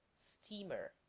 steamer